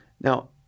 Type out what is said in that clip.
Now